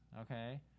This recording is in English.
Okay